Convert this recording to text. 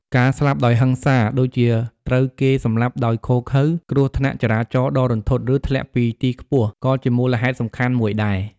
ការស្លាប់ដោយហិង្សា ដូចជាត្រូវគេសម្លាប់ដោយឃោរឃៅ គ្រោះថ្នាក់ចរាចរណ៍ដ៏រន្ធត់ ឬធ្លាក់ពីទីខ្ពស់ ក៏ជាមូលហេតុសំខាន់មួយដែរ។